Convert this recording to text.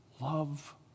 love